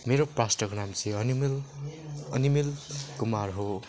मेरो पास्टरको नाम चाहिँ अनिमेल अनिमेल कुमार हो